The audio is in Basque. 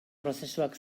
prozesuak